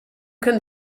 can